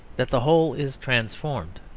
that the whole is transformed.